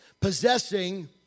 possessing